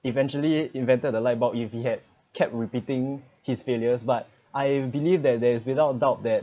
eventually invented the light bulb if he had kept repeating his failures but I believe that there is without doubt that